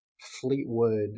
Fleetwood